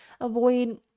avoid